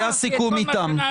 היה סיכום איתם.